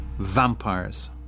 vampires